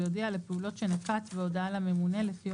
ויודיע על הפעולות שנקט בהודעה לממונה לפי